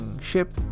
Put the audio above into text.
ship